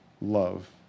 love